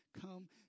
come